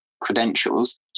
credentials